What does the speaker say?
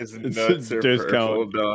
Discount